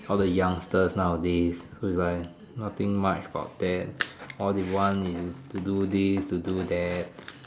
all the youngsters nowadays will be like nothing much about that all they want is to do this to do that